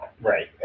Right